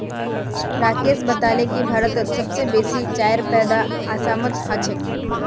राकेश बताले की भारतत सबस बेसी चाईर पैदा असामत ह छेक